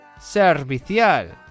Servicial